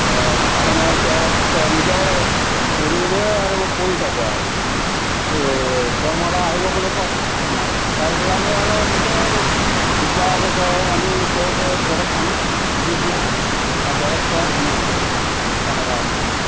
নাহে নহয় এতিয়া কি কয় নিজৰ হেৰিৰে আৰু কৰি থাকোঁ আৰু এই কৰ্মশালা আহিব বুলি কয় নাহে তাৰপিছত আমি আৰু নিজে কেতিয়াবা বছৰ আমি ক'ৰবাত দৰৱ আনি বেজি দিওঁ বা দৰৱ খুৱাও মৰি যায় তেনেকুৱা হৈ থাকে